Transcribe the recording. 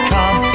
Come